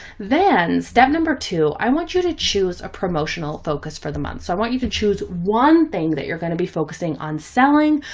then step number two, i want you to choose a promotional focus for the month. so i want you to choose one thing that you're going to be focusing on selling,